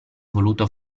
voluto